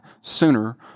sooner